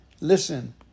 Listen